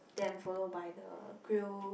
then follow by the grill